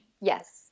Yes